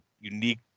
unique